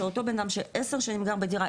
שאותו בנאדם שעשר שנים גר בדירה,